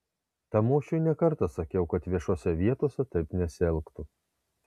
tamošiui ne kartą sakiau kad viešose vietose taip nesielgtų